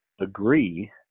agree